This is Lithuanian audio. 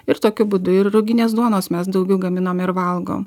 ir tokiu būdu ir ruginės duonos mes daugiau gaminam ir valgom